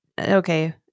okay